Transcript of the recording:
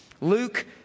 Luke